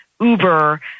Uber